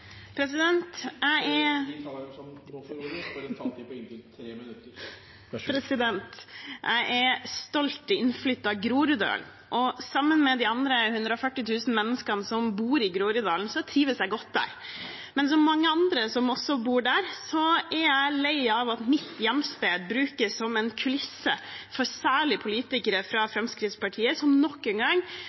stolt, innflyttet groruddøl. Sammen med de andre 140 000 menneskene som bor i Groruddalen, trives jeg godt der. Men som mange andre som også bor der, er jeg lei av at mitt hjemsted brukes som en kulisse for særlig politikere fra Fremskrittspartiet, som nok en gang